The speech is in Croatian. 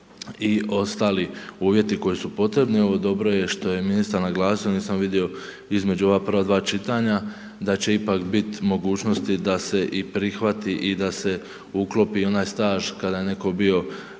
i ostali uvjeti koji su potrebni. Evo dobro je što je ministar naglasio, nisam vidio između ova dva prva čitanja da će ipak biti mogućnosti da se i prihvati i da se uklopi onaj staž kada je netko bio